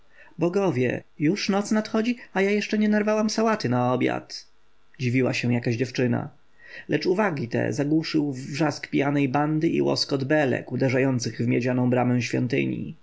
bogowie już noc nadchodzi a ja jeszcze nie narwałam sałaty na obiad dziwiła się jakaś dziewczyna lecz uwagi te zagłuszył wrzask pijanej bandy i łoskot belek uderzających w miedzianą bramę świątyni